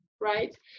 right